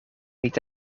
niet